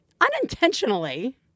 unintentionally